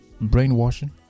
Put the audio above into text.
brainwashing